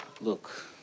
Look